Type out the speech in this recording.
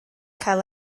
cael